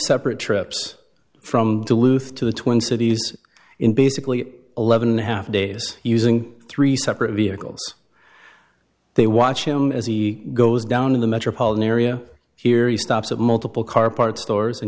separate trips from duluth to the twin cities in basically eleven and a half days using three separate vehicles they watch him as he goes down in the metropolitan area here he stops at multiple car parts stores and